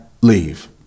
leave